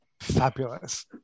Fabulous